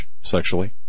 sexually